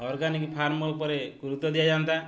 organic farm ଉପରେ ଗୁରୁତ୍ୱ ଦିଆ ଯାଆନ୍ତା